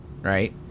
Right